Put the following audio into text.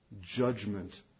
judgment